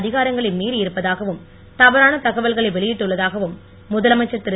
அதிகா ரங்களை மீறி இருப்பதாகவும் தவறான தகவல்களை வெளியிட்டுள்ள தாகவும் முதலமைச்சர் திரு